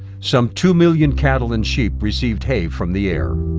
some two million cattle and sheep received hay from the air.